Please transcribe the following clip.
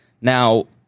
Now –